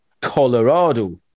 Colorado